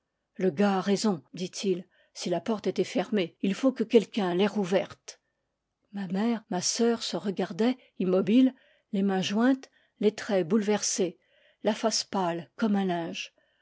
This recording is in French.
le gars a raison dit-il si la porte était fermée il faut que quelqu'un l'ait rouverte ma mère ma sœur se regardaient immobiles les mains jointes les traits bouleversés la face pâle comme un linge